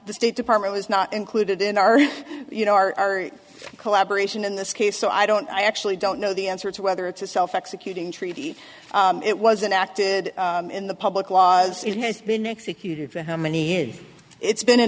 the state department was not included in our you know our collaboration in this case so i don't i actually don't know the answer to whether it's a self executing treaty it was an act in the public law as it has been executed for how many years it's been in